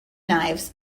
knives